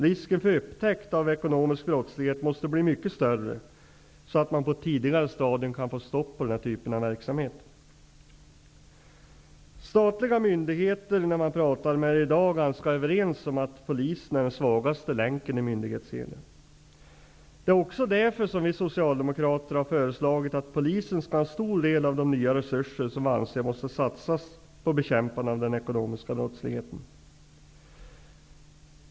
Risken för att man skall bli upptäckt vid ekonomisk brottslighet måste bli mycket större, så att denna verksamhet på ett tidigare stadium kan stoppas. Statliga myndigheter är i dag ganska överens om att Polisen är den svagaste länken i myndighetskedjan. Det är också därför som vi socialdemokrater har föreslagit att Polisen skall ha stor del av de nya resurser som vi anser måste satsas på bekämpande av den ekonomiska brottsligheten.